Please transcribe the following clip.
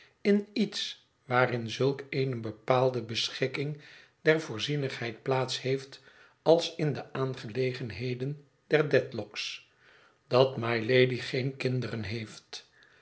in iets waarin zulk eene bepaalde beschikking der voorzienigheid plaats heeft als in de aangelegenheden der dedlock's dat mylady geene kinderen heeft